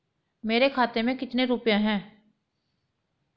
मेरे खाते में कितने रुपये हैं?